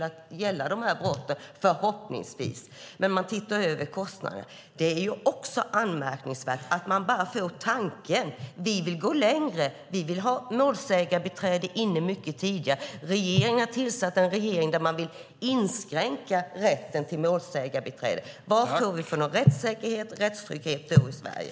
Nu kommer det förhoppningsvis inte att gälla dessa brott, men man tittar över kostnaderna. Vi vill gå längre. Vi vill ha målsägandebiträde mycket tidigare. Regeringen har tillsatt en utredning där man vill inskränka rätten till målsägandebiträde. Vad får vi då för rättssäkerhet och rättstrygghet i Sverige?